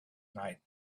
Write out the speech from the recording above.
night